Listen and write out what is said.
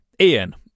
Ian